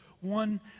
one